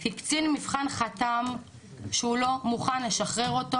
כי קצין מבחן חתם שהוא לא מוכן לשחרר אותו